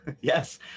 Yes